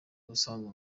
ubusanzwe